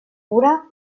cura